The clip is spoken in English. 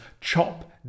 chop